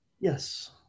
Yes